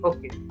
Okay